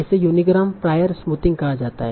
इसे unigram prior smoothing कहा जाता है